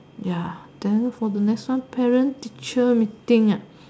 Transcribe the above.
ya then for the next one parent teacher meeting ah